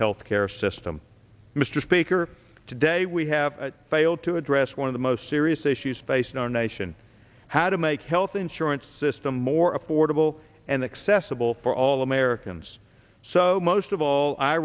health care system mr speaker today we have failed to address one of the most serious issues facing our nation how to make health insurance system more affordable and accessible for all americans so most of all i